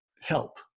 help